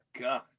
god